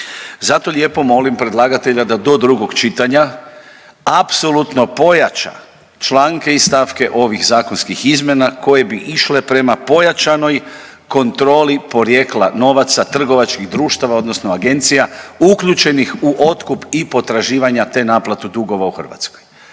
Zato lijepo molim predlagatelja da do drugog čitanja apsolutno pojača članke i stavke ovih zakonskih izmjena koje bi išle prema pojačanoj kontroli porijekla novaca trgovačkih društava, odnosno agencija uključenih u otkup i potraživanja te naplatu dugova u Hrvatskoj.